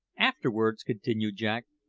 afterwards, continued jack,